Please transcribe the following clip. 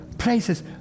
Places